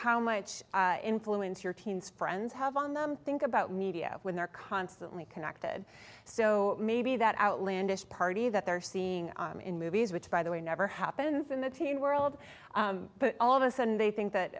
how much influence your teens friends have on them think about media when they're constantly connected so maybe that outlandish party that they're seeing in movies which by the way never happens in the teen world but all of a sudden they think that